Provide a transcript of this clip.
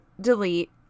delete